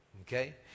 okay